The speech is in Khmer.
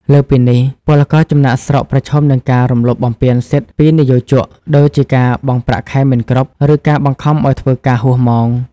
លើសពីនេះ ពលករចំណាកស្រុកប្រឈមនឹងការរំលោភបំពានសិទ្ធិពីនិយោជក ដូចជាការបង់ប្រាក់ខែមិនគ្រប់ ឬការបង្ខំឱ្យធ្វើការហួសម៉ោង។